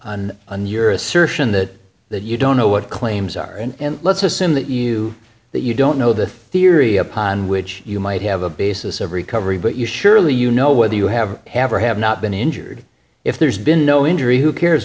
on on your assertion that that you don't know what claims are and let's assume that you that you don't know the theory upon which you might have a basis of recovery but you surely you know whether you have have or have not been injured if there's been no injury who cares